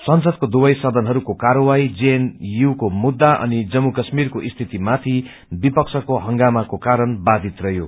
संसदको दुवै सदनहरूको कार्यवाही जेएनयू को मुद्दा अनि जम्मू काश्मीरको सिति माथि विपक्षको हंगामाको कारण बाधित रहयो